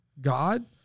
God